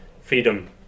freedom